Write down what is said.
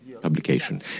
publication